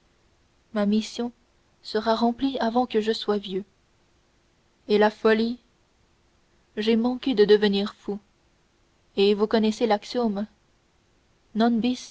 ma mission sera remplie avant que je sois vieux et la folie j'ai manqué de devenir fou et vous connaissez l'axiome